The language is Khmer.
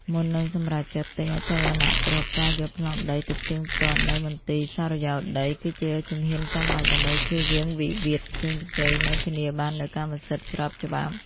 មុននឹងសម្រេចចិត្តទិញអចលនទ្រព្យ ការយកប្លង់ដីទៅផ្ទៀងផ្ទាត់នៅ មន្ទីរសុរិយោដី គឺជាជំហានចាំបាច់ដើម្បីចៀសវាងវិវាទផ្សេងៗ និងធានាបាននូវកម្មសិទ្ធិស្របច្បាប់។